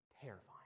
Terrifying